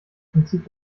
prinzip